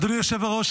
אדוני היושב-ראש,